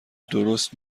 درست